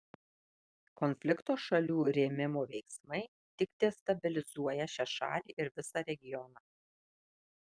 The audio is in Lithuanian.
konflikto šalių rėmimo veiksmai tik destabilizuoja šią šalį ir visą regioną